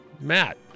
Matt